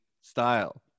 style